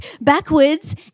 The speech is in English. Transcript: backwards